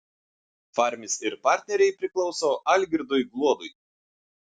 farmis ir partneriai priklauso algirdui gluodui